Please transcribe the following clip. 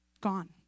gone